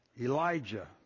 Elijah